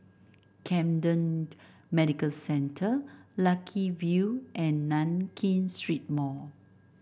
Camden Medical Centre Lucky View and Nankin Street Mall